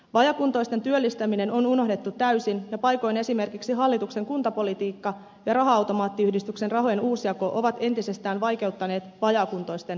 vajaakuntoisten työllistäminen on unohdettu täysin ja paikoin esimerkiksi hallituksen kuntapolitiikka ja raha automaattiyhdistyksen rahojen uusjako ovat entisestään vaikeuttaneet vajaakuntoisten työllistämistä